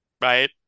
Right